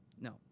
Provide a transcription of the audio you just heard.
no